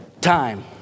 time